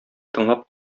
тыңлап